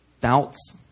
doubts